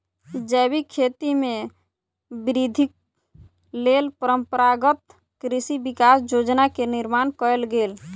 जैविक खेती में वृद्धिक लेल परंपरागत कृषि विकास योजना के निर्माण कयल गेल